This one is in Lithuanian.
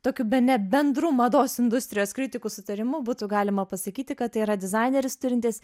tokiu bene bendru mados industrijos kritikų sutarimu būtų galima pasakyti kad tai yra dizaineris turintis